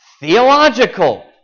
theological